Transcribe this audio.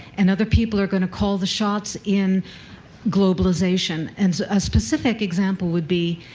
and other people are going to call the shots in globalization. and a specific example would be